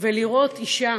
ולראות אישה,